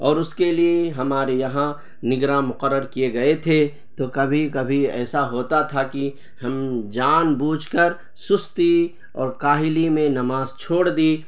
اور اس کے لیے ہمارے یہاں نگراں مقرر کیے گئے تھے تو کبھی کبھی ایسا ہوتا تھا کہ ہم جان بوجھ کر سستی اور کاہلی میں نماز چھوڑ دی